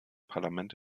parlament